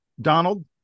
Donald